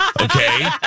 okay